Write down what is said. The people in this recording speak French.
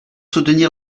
soutenir